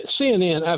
CNN